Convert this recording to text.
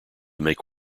make